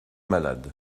malade